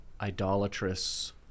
idolatrous